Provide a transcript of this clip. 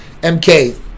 MK